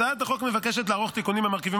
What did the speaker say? הצעת החוק מבקשת לערוך תיקונים במרכיבים